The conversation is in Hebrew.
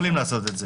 יכולים לעשות את זה.